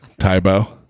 Tybo